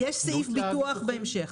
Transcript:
יש סעיף ביטוח בהמשך.